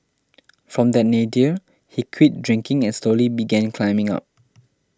from that nadir he quit drinking and slowly began climbing up